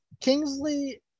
Kingsley